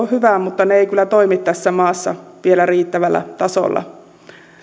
hyvä asia mutta ne eivät kyllä toimi tässä maassa vielä riittävällä tasolla